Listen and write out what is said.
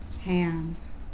hands